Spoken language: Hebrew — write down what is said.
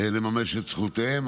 לממש את זכויותיהם.